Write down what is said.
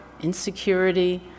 insecurity